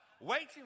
waiting